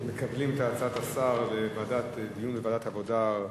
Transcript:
אז מקבלים את הצעת השר לדיון בוועדת העבודה,